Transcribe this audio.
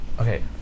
okay